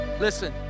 Listen